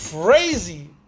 crazy